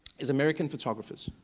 is american photographers.